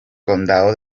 condado